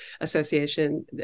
Association